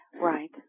right